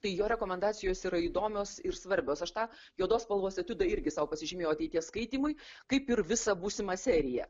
tai jo rekomendacijos yra įdomios ir svarbios aš tą juodos spalvos etiudą irgi sau pasižymėjau ateities skaitymui kaip ir visą būsimą seriją